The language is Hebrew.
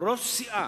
ראש סיעה,